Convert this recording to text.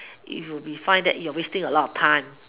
if you be find that you'll be wasting a lot of time